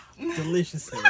Delicious